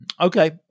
Okay